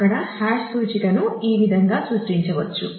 అక్కడ హాష్ సూచికను ఈ విధంగా సృష్టించవచ్చు